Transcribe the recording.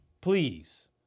please